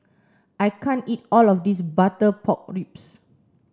I can't eat all of this butter pork ribs